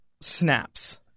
snaps